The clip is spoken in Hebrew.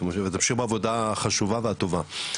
תמשיך בעבודה החשובה והטובה,